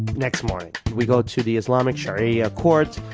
next morning. we go to the islamic sharia court,